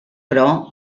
però